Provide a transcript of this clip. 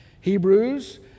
Hebrews